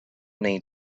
wnei